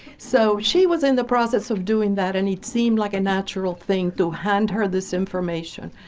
so, she was in the process of doing that and it seemed like a natural thing to hand her this information.